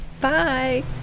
bye